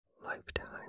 Lifetime